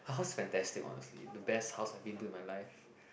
her house is fantastic honestly the best house I've been to in my life